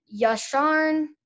Yasharn